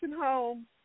home